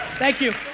thank you.